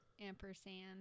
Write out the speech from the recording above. ampersand